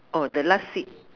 oh the last seat